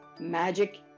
Magic